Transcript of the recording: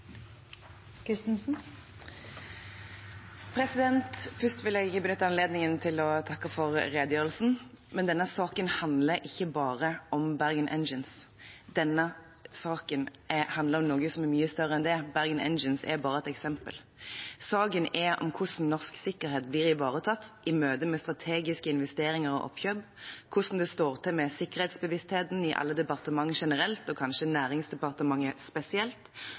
saken handler ikke bare om Bergen Engines. Denne saken handler om noe som er mye større enn det. Bergen Engines er bare et eksempel. Saken er hvordan norsk sikkerhet blir ivaretatt i møte med strategiske investeringer og oppkjøp, hvordan det står til med sikkerhetsbevisstheten i alle departementer generelt og kanskje Næringsdepartementet spesielt,